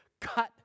cut